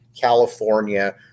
California –